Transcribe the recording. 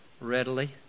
readily